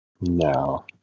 No